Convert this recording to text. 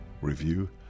review